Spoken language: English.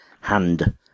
Hand